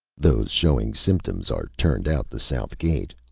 those showing symptoms are turned out the south gate.